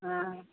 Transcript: हँ